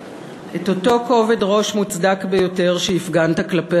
את אותו כובד ראש מוצדק ביותר שהפגנת כלפי